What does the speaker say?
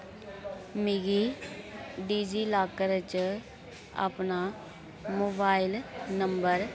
मिगी डिजीलाकर च अपना मोबाइल नम्बर